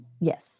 yes